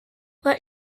what